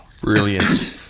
brilliant